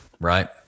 right